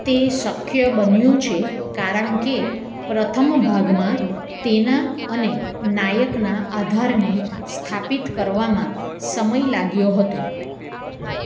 તે શક્ય બન્યું છે કારણ કે પ્રથમ ભાગમાં તેના અને નાયકના આધારને સ્થાપિત કરવામાં સમય લાગ્યો હતો